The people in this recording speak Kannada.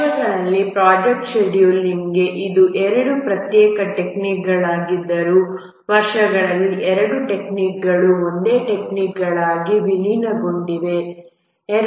ವರ್ಷಗಳಲ್ಲಿ ಪ್ರೊಜೆಕ್ಟ್ ಶೆಡ್ಯೂಲಿಂಗ್ಗೆ ಇದು ಎರಡು ಪ್ರತ್ಯೇಕ ಟೆಕ್ನಿಕ್ಗಳಾಗಿದ್ದರೂ ವರ್ಷಗಳಲ್ಲಿ ಎರಡೂ ಟೆಕ್ನಿಕ್ಗಳು ಒಂದೇ ಟೆಕ್ನಿಕ್ಗಳಾಗಿ ವಿಲೀನಗೊಂಡಿವೆ